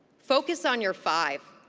focus on your five.